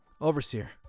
Overseer